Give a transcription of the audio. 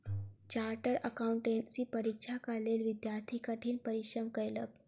chartered accountancy परीक्षाक लेल विद्यार्थी कठिन परिश्रम कएलक